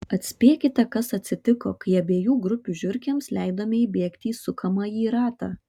atspėkite kas atsitiko kai abiejų grupių žiurkėms leidome įbėgti į sukamąjį ratą